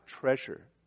treasure